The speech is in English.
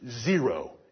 zero